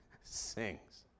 sings